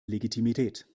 legitimität